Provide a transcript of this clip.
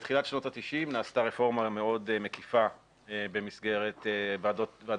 בתחילת שנות ה-90 נעשתה רפורמה מאוד מקיפה במסגרת ועדה